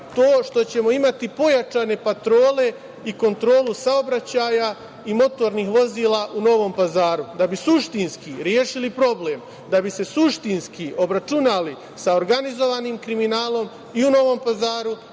to što ćemo imati pojačane patrole i kontrolu saobraćaja i motornih vozila u Novom Pazaru. Da bi suštinski rešili problem, da bi se suštinski obračunali sa organizovanim kriminalom i u Novom Pazaru